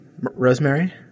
Rosemary